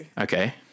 Okay